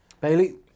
Bailey